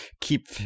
keep